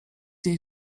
jej